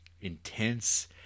intense